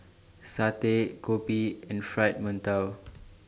Satay Kopi and Fried mantou